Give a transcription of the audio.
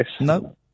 No